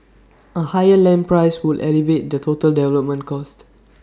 A higher land price would elevate the total development cost